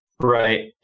Right